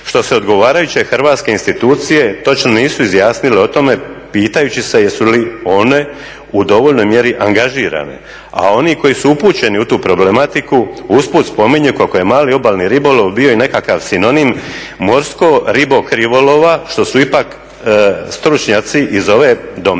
što se odgovarajuće hrvatske institucije točno nisu izjasnile o tome pitajući se jesu li one u dovoljnoj mjeri angažirane, a oni koji su upućeni u tu problematiku usput spominju kako je mali obalni ribolov bio i nekakav sinonim morskog ribokrivolova što su ipak stručnjaci iz ove domene